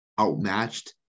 outmatched